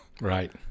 right